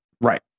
Right